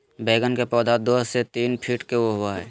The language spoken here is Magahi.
बैगन के पौधा दो से तीन फीट के होबे हइ